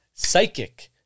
Psychic